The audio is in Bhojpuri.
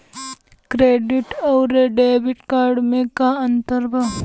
क्रेडिट अउरो डेबिट कार्ड मे का अन्तर बा?